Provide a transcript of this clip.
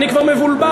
אני כבר מבולבל.